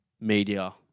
media